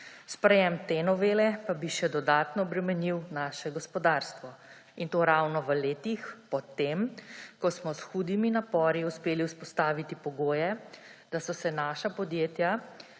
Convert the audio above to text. Sprejem te novele pa bi še dodatno bremenil naše gospodarstvo. In to ravno v letih potem, ko smo s hudimi napori uspeli vzpostaviti pogoje, da so se naša podjetja